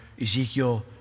Ezekiel